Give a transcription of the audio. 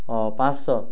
ହୋଉ ପାଂଶ